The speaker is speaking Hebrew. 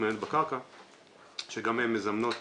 קצת מוזר לי שכל הגורמים שאמונים על התכנון של תשתית כל כך משמעותית